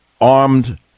armed